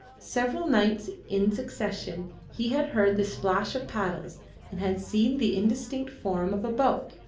several nights in succession he had heard the splash of paddles and had seen the indistinct form of a boat,